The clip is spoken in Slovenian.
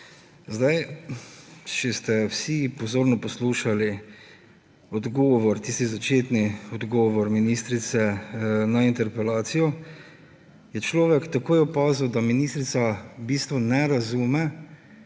Če ste vsi pozorno poslušali odgovor, tisti začetni odgovor ministrice na interpelacijo, je človek takoj opazil, da ministrica v bistvu ne razume,